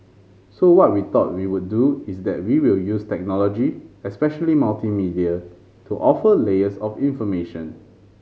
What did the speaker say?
so what we thought we would do is that we will use technology especially multimedia to offer layers of information